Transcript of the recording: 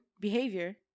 behavior